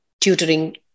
tutoring